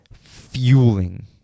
fueling